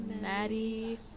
Maddie